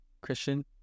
Christian